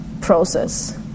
process